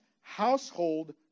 household